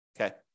okay